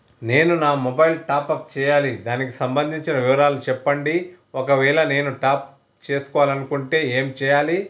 నేను నా mobile top up చేయాలి దానికి సంబంధించిన వివరాలు చెప్పండి ఒకవేళ నేను టాప్ చేసుకోవాలనుకుంటే ఏం చేయాలి?